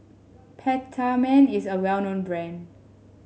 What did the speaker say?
Peptamen is a well known brand